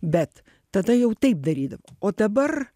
bet tada jau taip darydavo o dabar